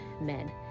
men